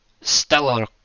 stellar